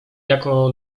jako